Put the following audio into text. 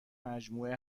مجموعه